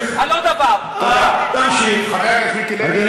די עם